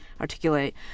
articulate